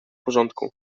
porządku